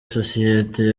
sosiyete